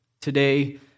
today